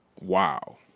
Wow